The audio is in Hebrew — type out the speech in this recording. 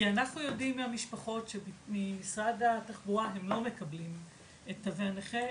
כי אנחנו יודעים מהמשפחות שממשרד התחבורה הם לא מקבלים תוי נכה.